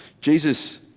Jesus